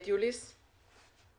אולי נפנה למשרד המשפטים.